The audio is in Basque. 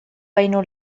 baino